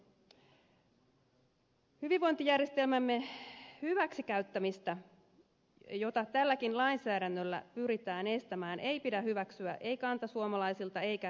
hyvinvointijärjestelmämme hyväksikäyttämistä jota tälläkin lainsäädännöllä pyritään estämään ei pidä hyväksyä ei kantasuomalaisilta eikä maahanmuuttajilta